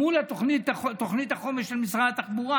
מול תוכנית החומש של משרד התחבורה,